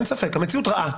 אין ספק, המציאות רעה.